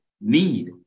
need